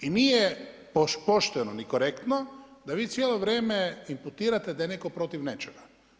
I nije pošteno ni korektno da vi cijelo vrijeme imputirate da je neko protiv nečega.